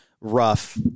rough